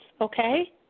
okay